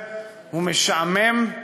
הוא משעמם,